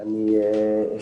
שלום, בוקר טוב.